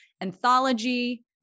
Anthology